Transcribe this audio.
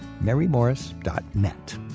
marymorris.net